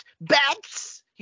Bats